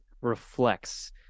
reflects